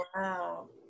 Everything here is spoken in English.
Wow